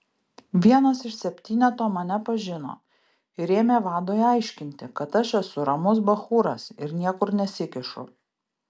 vienas iš septyneto mane pažino ir ėmė vadui aiškinti kad aš esu ramus bachūras ir niekur nesikišu